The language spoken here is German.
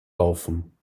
laufen